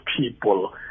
people